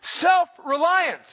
self-reliance